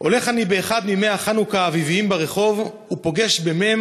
הולך אני באחד מימי החנוכה האביביים ברחוב ופוגש במ',